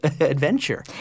adventure